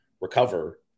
recover